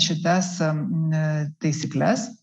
šitas taisykles